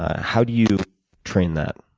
how do you train that?